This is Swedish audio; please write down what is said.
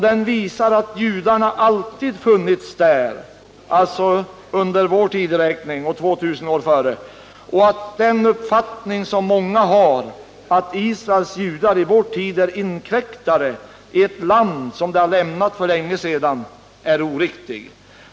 Den visar att judar alltid funnits där — under vår tideräkning och 2 000 år tidigare — och att den uppfattning som många hyser, att Israels judar i vår tid skulle vara inkräktare i ett land som de har lämnat för länge sedan, är oriktig.